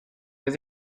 vez